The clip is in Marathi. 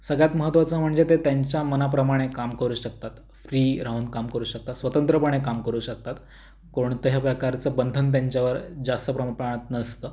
सगळ्यात महत्वाचं म्हणजे ते त्यांच्या मनाप्रमाणे काम करू शकतात फ्री राहून काम करू शकतात स्वतंत्रपणे काम करू शकतात कोणत्याही प्रकारचं बंधन त्यांच्यावर जास्त प्रम प्रमाणात नसतं